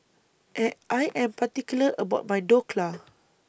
I Am particular about My Dhokla